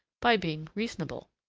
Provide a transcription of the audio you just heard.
by being reasonable.